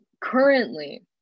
currently